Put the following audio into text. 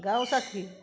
Kawasaki